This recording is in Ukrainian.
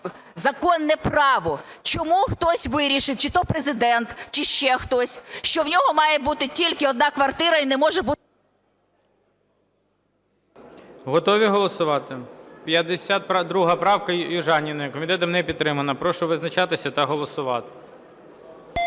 законне право. Чому хтось вирішив, чи то Президент, чи ще хтось, що в нього має бути тільки одна квартира і не може бути... ГОЛОВУЮЧИЙ. Готові голосувати? 52 правка Южаніної. Комітетом не підтримана. Прошу визначатися та голосувати. 11:42:23